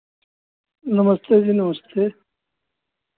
नमस्ते जी नमस्ते